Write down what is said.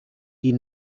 die